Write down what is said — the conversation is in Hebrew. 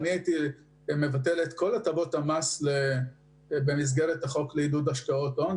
אני הייתי מבטל את כל הטבות המס במסגרת החוק לעידוד השקעות הון,